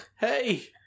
hey